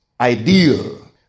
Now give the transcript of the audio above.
ideal